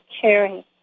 caring